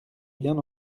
bien